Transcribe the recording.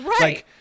Right